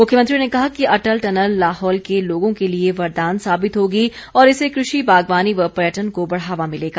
मुख्यमंत्री ने कहा कि अटल टनल लाहौल के लोगों के लिए वरदान साबित होगी और इससे कृषि बागवानी व पर्यटन को बढ़ावा मिलेगा